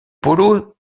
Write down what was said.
polo